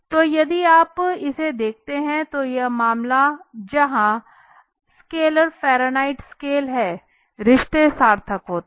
तो यदि आप इसे देखते हैं तो यह मामला जहां स्केल फारेनहाइट स्केल है रिश्ते सार्थक होते हैं